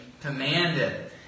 commanded